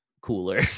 cooler